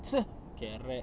!chey! charac~